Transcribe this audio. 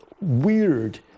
weird